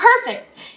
Perfect